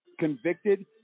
convicted